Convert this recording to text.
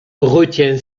retiens